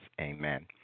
Amen